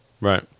right